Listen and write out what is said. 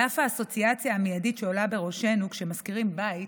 על אף האסוציאציה המיידית שעולה בראשנו כשמזכירים בית,